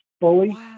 fully